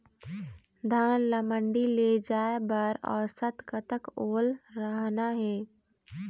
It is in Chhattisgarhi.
धान ला मंडी ले जाय बर औसत कतक ओल रहना हे?